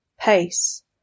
PACE